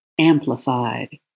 amplified